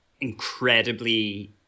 incredibly